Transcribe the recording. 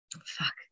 fuck